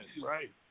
Right